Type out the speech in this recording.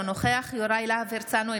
אינו נוכח יוראי להב הרצנו,